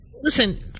Listen